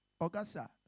Augusta